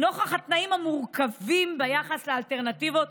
נוכח התנאים המורכבים ביחס לאלטרנטיבות,